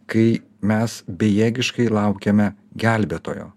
kai mes bejėgiškai laukiame gelbėtojo